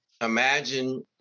Imagine